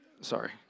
Sorry